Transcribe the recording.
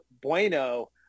Bueno